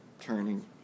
turning